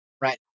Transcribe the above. Right